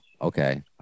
Okay